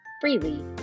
freely